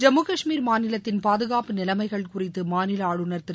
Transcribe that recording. ஜம்மு காஷ்மீர் மாநிலத்தின் பாதுகாப்பு நிலைமைகள் குறித்து மாநில ஆளுநர் திரு